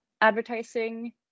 advertising